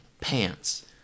pants